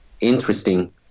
interesting